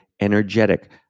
energetic